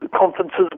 conferences